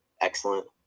excellent